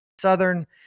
Southern